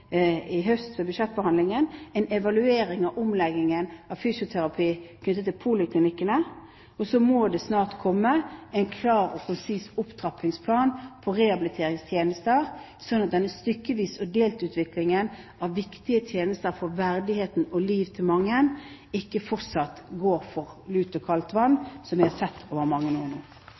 i høst ved budsjettbehandlingen: en evaluering av omleggingen av fysioterapi knyttet til poliklinikkene. Og så må det snart komme en klar og konsis opptrappingsplan for rehabiliteringstjenester, slik at ikke denne stykkevis og delt-utviklingen av viktige tjenester går ut over liv og verdighet og gjør at mange fortsatt går for lut og kaldt vann, som vi har sett over mange år nå.